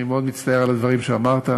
אני מאוד מצטער על הדברים שאמרת.